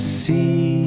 see